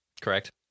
Correct